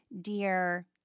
dear